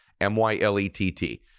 M-Y-L-E-T-T